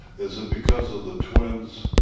is it because of the twins?